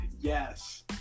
Yes